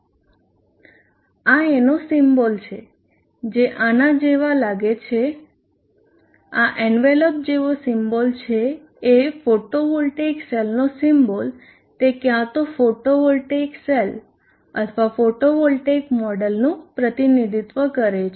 આ એનો સિમ્બોલ છે જે આના જેવો લાગે છે આ એન્વેલોપ જેવો સિમ્બોલ છે એ ફોટોવોલ્ટેઇક સેલનો સિમ્બોલ તે ક્યાં તો ફોટોવોલ્ટેઇક સેલ અથવા ફોટોવોલ્ટેઇક મોડેલનું પ્રતિનિધિત્વ કરે છે